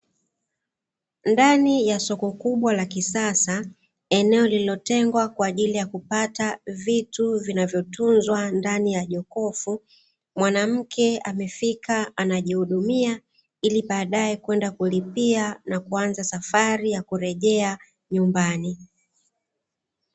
Ndani ya soko kubwa la kisasa eneo lililotengwa kwaajili ya kupata vitu vinavyotunzwa ndani ya jokofu, mwanamke amefika anajihudumia ili baadae kwenda kulipia na kuanza safari ya kurejea nyumbani.